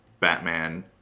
Batman